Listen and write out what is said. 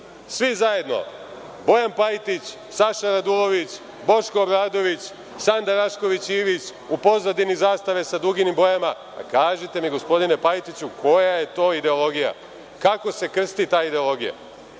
svi zajedno, Bojan Pajtić, Saša Radulović, Boško Obradović, Sanda Rašković Ivić, u pozadini zastave sa duginim bojama, kažite mi gospodine Pajtiću, koja je to ideologija? Kako se krsti ta ideologija?